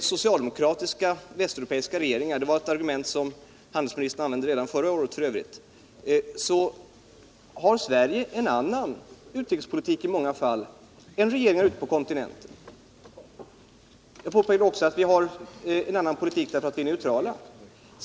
socialdemokratiska regeringar i Västeuropa —- ett argument som f. ö. handelsministern använde redan förra året — så har amerikanska utvecklingsbanken jag påpekat att Sverige i många fall har en annan utrikespolitik än regeringar ute på kontinenten. Jag har också påpekat att vi har en annan politik därför att vi är neutrala.